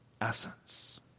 essence